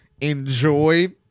Enjoy